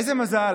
איזה מזל